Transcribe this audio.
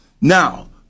Now